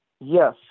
Yes